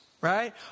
Right